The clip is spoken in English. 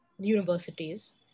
universities